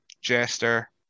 Jester